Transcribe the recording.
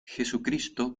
jesucristo